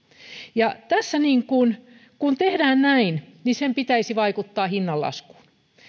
tässä kun kun tehdään näin niin sen pitäisi vaikuttaa hinnan laskuun